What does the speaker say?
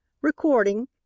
recording